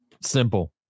simple